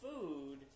food